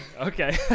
Okay